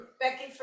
Becky